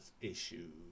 issues